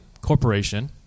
corporation